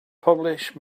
publish